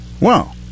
Wow